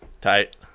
Tight